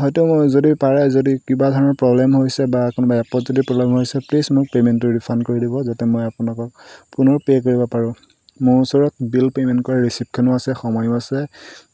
হয়টো মই যদি পাৰে যদি কিবা ধৰণৰ প্ৰব্লেম হৈছে বা কোনোবা এপত যদি প্ৰব্লেম হৈছে প্লিজ মোৰ পেমেণ্টটো ৰিফাণ্ড কৰি দিব যাতে মই আপোনালোকক পুনৰ পে' কৰিব পাৰোঁ মোৰ ওচৰত বিল পেমেণ্ট কৰা ৰিচিপ্টখনো আছে সময়ো আছে